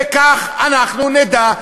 וכך אנחנו נדע.